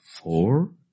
four